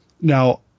now